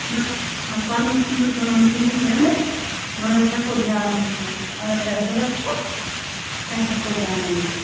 نہَ نہَ پَنُن چھُم نہٕ کٕنُن کِہیٖنۍ تہِ نہٕ مگر ہٮ۪کو دیٛاوٕنٲیِتھ اگر تۄہہِ ضروٗرت چھُو تۄہہِ ہٮ۪کو دیٛاوٕنٲیِتھ